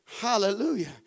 Hallelujah